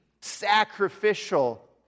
sacrificial